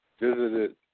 visited